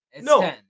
No